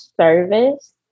service